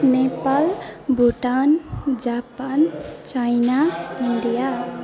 Nepal Bhutan Japan China India